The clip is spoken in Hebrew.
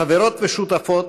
חברות, ושותפות,